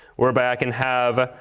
whereby i can have